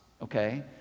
okay